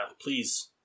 please